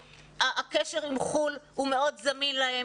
הקשר עם חו"ל זמין להם מאוד,